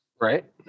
Right